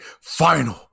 final